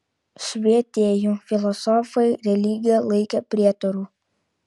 švietėjų filosofai religiją laikė prietaru